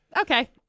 okay